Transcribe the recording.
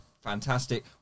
fantastic